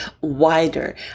wider